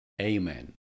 Amen